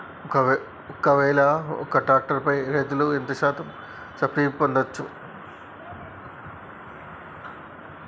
ఒక్కవేల ఒక్క ట్రాక్టర్ పై రైతులు ఎంత శాతం సబ్సిడీ పొందచ్చు?